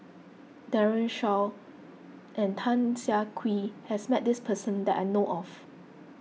Daren Shiau and Tan Siah Kwee has met this person that I know of